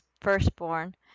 firstborn